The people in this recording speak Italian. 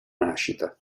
nascita